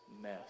mess